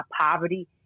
poverty